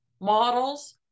models